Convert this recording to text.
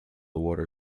water